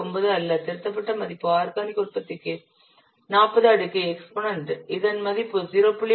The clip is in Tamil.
9 அல்ல திருத்தப்பட்ட மதிப்பு ஆர்கானிக் உற்பத்திக்கு 40 அடுக்கு எக்ஸ்பொனன்ட் இதன் மதிப்பு 0